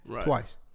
twice